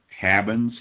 habits